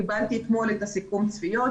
קיבלתי אתמול את סיכום הצפיות,